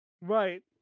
Right